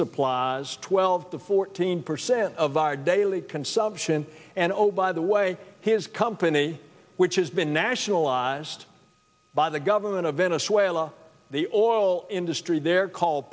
supplies twelve to fourteen percent of our daily consumption and oh by the way his company which has been nationalized by the government of venezuela the oral industry they're called